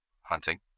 hunting